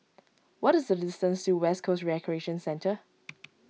what is the distance to West Coast Recreation Centre